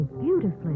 beautifully